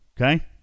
Okay